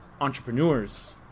entrepreneurs